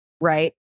right